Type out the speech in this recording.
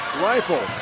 Rifle